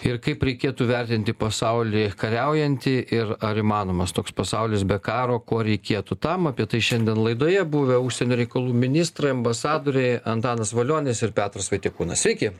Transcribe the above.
ir kaip reikėtų vertinti pasaulį kariaujantį ir ar įmanomas toks pasaulis be karo ko reikėtų tam apie tai šiandien laidoje buvę užsienio reikalų ministrai ambasadoriai antanas valionis ir petras vaitiekūnas sveiki